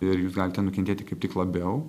ir jūs galite nukentėti kaip tik labiau